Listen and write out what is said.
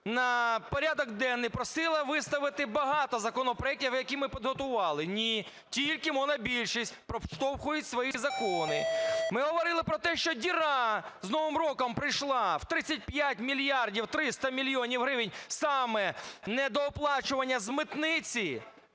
на порядок денний просила виставити багато законопроектів, які ми підготували. Ні, тільки монобільшість проштовхує свої закони. Ми говорили про те, що діра з новим роком прийшла в 35 мільярдів 300 мільйонів гривень саме з недооплачування з митниці,